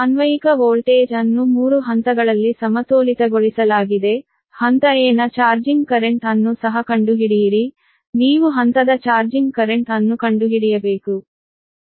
ಅನ್ವಯಿಕ ವೋಲ್ಟೇಜ್ ಅನ್ನು 3 ಹಂತಗಳಲ್ಲಿ ಸಮತೋಲಿತಗೊಳಿಸಲಾಗಿದೆ ಹಂತ a ನ ಚಾರ್ಜಿಂಗ್ ಕರೆಂಟ್ ಅನ್ನು ಸಹ ಕಂಡುಹಿಡಿಯಿರಿ ನೀವು ಹಂತದ ಚಾರ್ಜಿಂಗ್ ಕರೆಂಟ್ ಅನ್ನು ಕಂಡುಹಿಡಿಯಬೇಕು